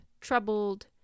troubled